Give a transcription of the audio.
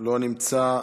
לא נמצא,